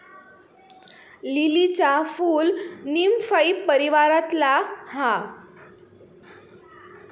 लीलीचा फूल नीमफाई परीवारातला हा